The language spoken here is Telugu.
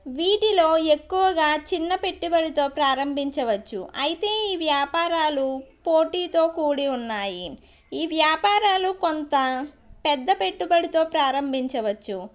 వీటిలో ఎక్కువగా చిన్న పెట్టుబడితో ప్రారంభించవచ్చు అయితే ఈ వ్యాపారాలు పోటీతో కూడి ఉన్నాయి ఈ వ్యాపారాలు కొంత పెద్ద పెట్టుబడితో ప్రారంభించవచ్చు